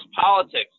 politics